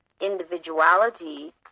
individuality